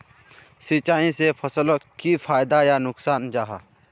सिंचाई से फसलोक की फायदा या नुकसान जाहा?